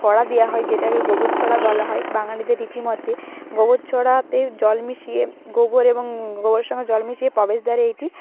ছড়া দেওয়া হয় যেটাকে গোবর ছড়া বলা হয় বাঙালিদের রীতি মতে গোবর ছড়াতে জল মিশিয়ে গোবর এবং গোবরের সঙ্গে জল মিশিয়ে প্রবেশদ্বারে এটি